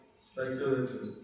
speculative